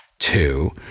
Two